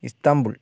Istanbul